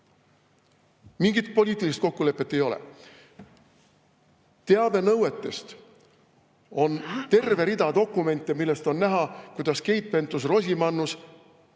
Mingit poliitilist kokkulepet ei ole. Teabenõuete põhjal on terve rida dokumente, millest on näha, kuidas Keit Pentus-Rosimannus